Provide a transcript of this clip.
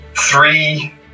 three